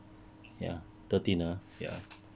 ya thirteen ah ya